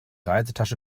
reisetasche